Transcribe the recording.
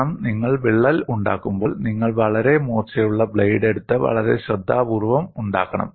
കാരണം നിങ്ങൾ വിള്ളൽ ഉണ്ടാക്കുമ്പോൾ നിങ്ങൾ വളരെ മൂർച്ചയുള്ള ബ്ലേഡ് എടുത്ത് വളരെ ശ്രദ്ധാപൂർവ്വം ഉണ്ടാക്കണം